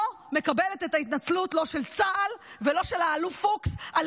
לא מקבלת את ההתנצלות לא של צה"ל ולא של האלוף פוקס על